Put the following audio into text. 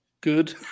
good